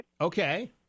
Okay